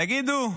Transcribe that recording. תגידו,